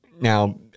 Now